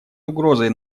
угрозой